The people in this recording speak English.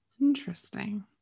Interesting